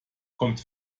kommt